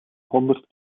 honderd